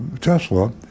Tesla